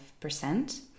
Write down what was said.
percent